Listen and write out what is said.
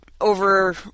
over